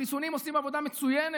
החיסונים עושים עבודה מצוינת.